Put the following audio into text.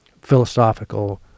philosophical